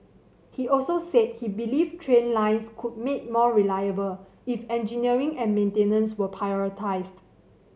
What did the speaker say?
he also said he believed train lines could be made more reliable if engineering and maintenance were prioritised